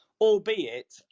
albeit